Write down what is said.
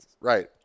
Right